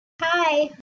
Hi